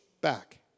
back